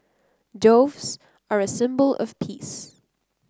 doves are a symbol of peace